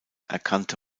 erkannte